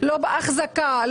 לא באחזקה,